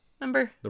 remember